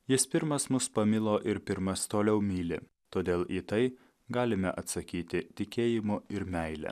jis pirmas mus pamilo ir pirmas toliau myli todėl į tai galime atsakyti tikėjimu ir meile